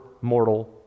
mortal